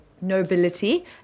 nobility